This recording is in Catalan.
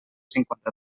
cinquanta